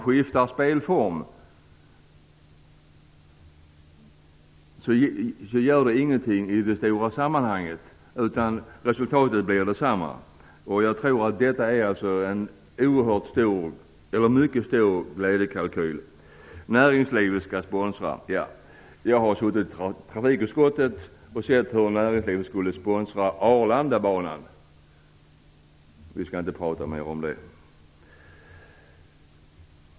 Det gör ingenting i det stora sammanhanget om de som spelar skiftar spelform, utan resultatet blir detsamma. Detta är väldigt mycket en glädjekalkyl. Man säger att näringslivet skall sponsra. Jag har suttit i trafikutskottet och sett hur näringslivet skulle sponsra Arlandabanan. Vi skall inte prata mer om det.